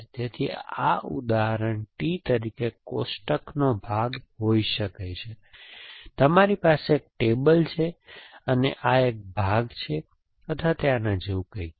તેથી આ ઉદાહરણ T તરીકે કોષ્ટકનો ભાગ હોઈ શકે છે તેથી તમારી પાસે એક ટેબલ છે અને આ એક ભાગ છે અથવા તેના જેવું કંઈક છે